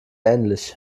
ähnlich